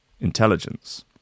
intelligence